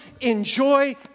enjoy